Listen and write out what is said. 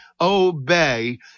obey